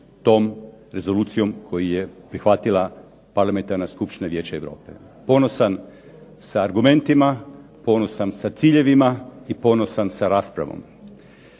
tom rezolucijom koju je prihvatila Parlamentarna skupština Vijeća Europe. Ponosan sa argumentima, ponosan sa ciljevima i ponosan sa raspravom.